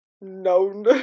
known